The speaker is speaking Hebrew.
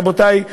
רבותי,